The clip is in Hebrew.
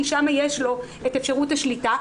כי שם יש לו אפשרות שליטה,